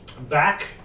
back